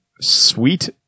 Sweet